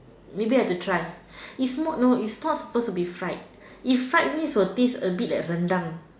maybe I should try it's not no it's not suppose to be fried if fried means will taste a bit like rendang